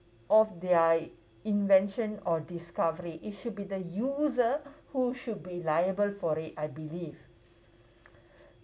of their invention or discovery it should be the user who should be liable for it I believe